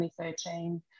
2013